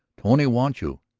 tony want you,